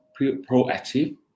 proactive